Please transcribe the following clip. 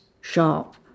sharp